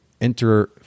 enter